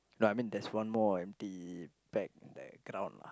no I mean there's one more empty pack the ground lah